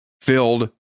filled